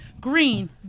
green